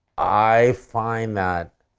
i find that